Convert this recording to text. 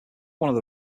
one